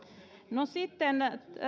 no sitten